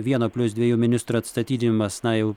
vieno plius dviejų ministrų atstatydinimas na jau